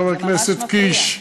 חבר הכנסת קיש,